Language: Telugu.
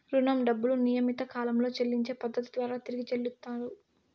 రుణం డబ్బులు నియమిత కాలంలో చెల్లించే పద్ధతి ద్వారా తిరిగి చెల్లించుతరు